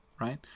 right